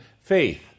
faith